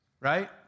Right